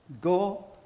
go